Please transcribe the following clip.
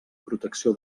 protecció